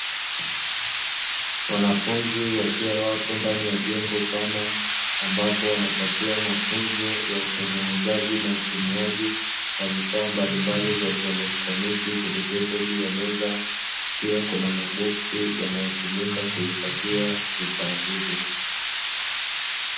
Wanafunzi wakiwa wapo ndani ya jengo pana ambapo wanapatiwa mafunzo ya utengenezaji na utumiaji wa vifaa mbalimbali vya kielektroniki vilikuwepo juu ya meza, pia kuna maboksi yanayotumika kuhifadhia vifaa hivyo.